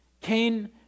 Cain